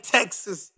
Texas